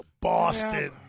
Boston